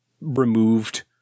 removed